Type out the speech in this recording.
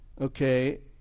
okay